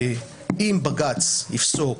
אם בג"ץ יפסוק